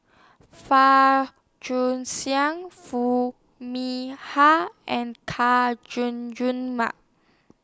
Far jew Xiang Foo Mee Har and Chay Jun Jun Mark